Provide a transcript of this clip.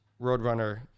Roadrunner